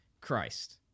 Christ